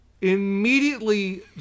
immediately